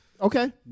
Okay